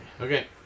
Okay